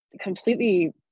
completely